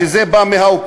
שזה בא מהאופוזיציה,